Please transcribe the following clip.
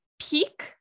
peak